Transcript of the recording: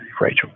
Rachel